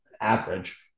average